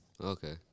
okay